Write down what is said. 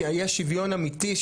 כי יהיה שוויון אמיתי,